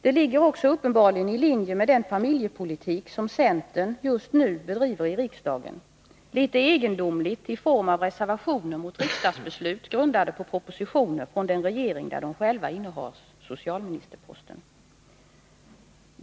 Det ligger också uppenbarligen i linje med den familjepolitik som centern just nu bedriver i riksdagen — litet egendomligt i form av reservationer mot riksdagsbeslut grundade på propositioner från den regering där centern innehar socialministerposten.